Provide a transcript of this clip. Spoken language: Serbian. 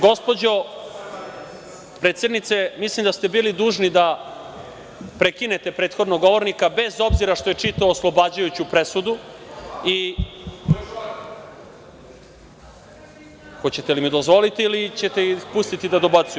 Gospođo predsednice, mislim da ste bili dužni da prekinete prethodnog govornika, bez obzira što je čitao oslobađajuću presudu i… (Vladimir Orlić: Koji član?) Hoćete li mi dozvoliti, ili ćete ih pustiti da dobacuju?